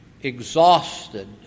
exhausted